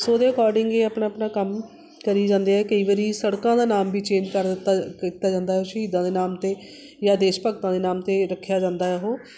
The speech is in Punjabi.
ਸੋ ਉਹਦੇ ਅਕੋਰਡਿੰਗ ਇਹ ਆਪਣਾ ਆਪਣਾ ਕੰਮ ਕਰੀ ਜਾਂਦੇ ਆ ਕਈ ਵਾਰੀ ਸੜਕਾਂ ਦਾ ਨਾਮ ਵੀ ਚੇਂਜ ਕਰ ਦਿੱਤਾ ਕੀਤਾ ਜਾਂਦਾ ਸ਼ਹੀਦਾਂ ਦੇ ਨਾਮ 'ਤੇ ਜਾਂ ਦੇਸ਼ ਭਗਤਾਂ ਦੇ ਨਾਮ 'ਤੇ ਰੱਖਿਆ ਜਾਂਦਾ ਉਹ